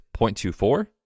0.24